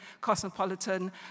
cosmopolitan